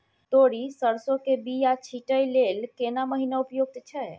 तोरी, सरसो के बीया छींटै लेल केना महीना उपयुक्त छै?